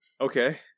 Okay